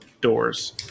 doors